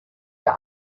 der